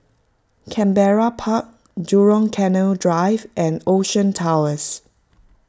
Canberra Park Jurong Canal Drive and Ocean Towers